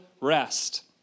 rest